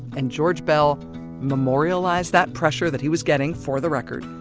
and george beall memorialized that pressure that he was getting for the record.